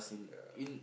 yeah